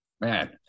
man